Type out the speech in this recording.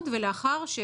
מכלל הנכנסים, נכון מאוד.